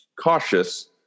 cautious